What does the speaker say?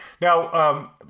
Now